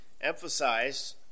emphasize